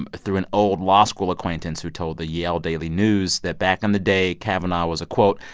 um through an old law school acquaintance who told the yale daily news that, back in the day, kavanaugh was a, quote,